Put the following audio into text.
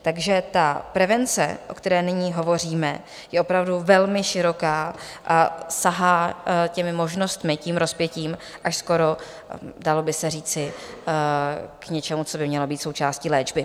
Takže ta prevence, o které nyní hovoříme, je opravdu velmi široká a sahá těmi možnostmi, tím rozpětím, až skoro, dalo by se říci, k něčemu, co by mělo být součástí léčby.